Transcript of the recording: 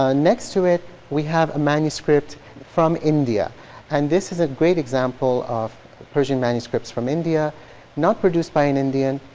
ah next to it we have a manuscript from india and this is a great example of persian manuscripts from india not produced by an indian,